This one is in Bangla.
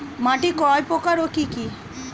মাটি কয় প্রকার ও কি কি?